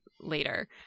later